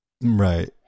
right